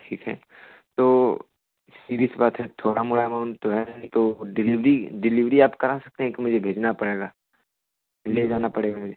ठीक है तो सीधी सी बात है थोड़ा मोड़ा अमाउन्ट तो है नहीं तो डिलीवरी डिलीवरी आप करा सकते हैं या मुझे भेजना पड़ेगा ले जाने पड़ेगा मुझे